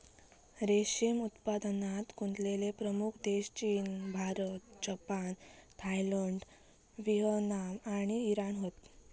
रेशीम उत्पादनात गुंतलेले प्रमुख देश चीन, भारत, जपान, थायलंड, व्हिएतनाम आणि इराण हत